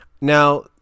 Now